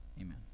Amen